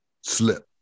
slip